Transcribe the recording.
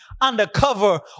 undercover